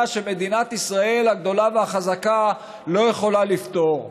שמדינת ישראל הגדולה והחזקה לא יכולה לפתור.